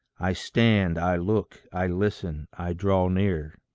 i stand, i look, i listen, i draw near.